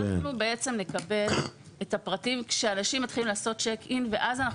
אנחנו נקבל את הפרטים כאשר אנשים מתחילים לעשות צ'ק אין ואז אנחנו